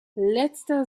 letzter